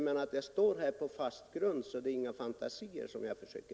Jag står alltså här på fast grund och rör mig inte med några fantasier.